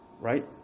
right